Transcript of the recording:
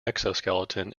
exoskeleton